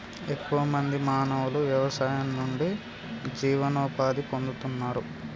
ఎక్కువ మంది మానవులు వ్యవసాయం నుండి జీవనోపాధి పొందుతున్నారు